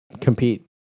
compete